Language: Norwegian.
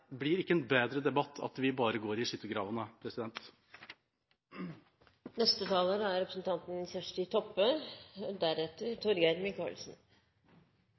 blir ikke en bedre debatt av at vi bare går i